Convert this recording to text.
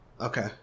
Okay